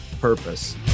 purpose